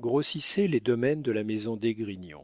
grossiraient les domaines de la maison d'esgrignon